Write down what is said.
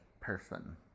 Person